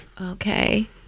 okay